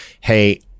hey